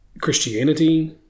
Christianity